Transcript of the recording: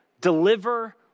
deliver